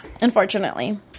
Unfortunately